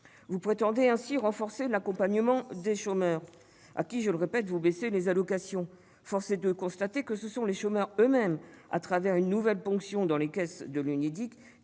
Vous prétendez ainsi renforcer l'accompagnement des chômeurs, dont, je le répète, vous diminuez les allocations, mais force est de constater que ce sont les chômeurs eux-mêmes, au travers d'une nouvelle ponction dans les caisses de l'Unédic,